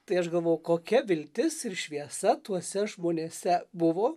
tai aš galvojau kokia viltis ir šviesa tuose žmonėse buvo